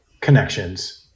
connections